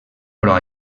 però